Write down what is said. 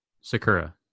Sakura